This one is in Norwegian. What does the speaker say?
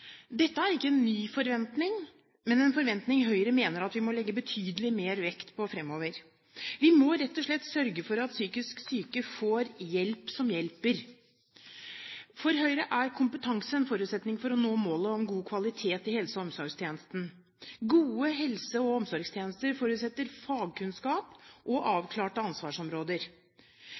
Dette er ikke en ny forventning, men en forventning Høyre mener at vi må legge betydelig mer vekt på fremover. Vi må rett og slett sørge for at psykisk syke får hjelp som hjelper. For Høyre er kompetanse en forutsetning for å nå målet om god kvalitet i helse- og omsorgstjenesten. Gode helse- og omsorgstjenester forutsetter fagkunnskap og avklarte ansvarsområder.